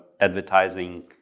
advertising